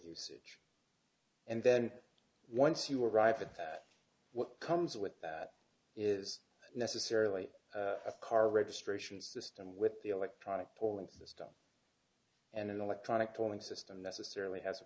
usage and then once you arrive at that what comes with that is necessarily a car registration system with the electronic polling to stop and an electronic polling system necessarily has a